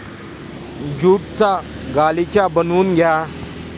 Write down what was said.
ज्यूटचा गालिचा बनवून घ्या